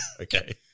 Okay